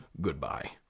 goodbye